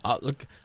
look